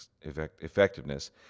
effectiveness